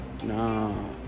No